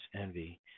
envy